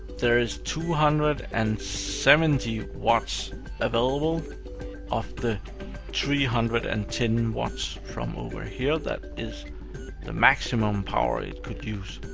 there is two hundred and seventy watts available of the three hundred and ten watts from over here that is the maximum power it could use.